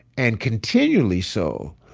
and continually so,